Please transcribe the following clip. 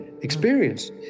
Experience